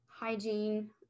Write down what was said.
hygiene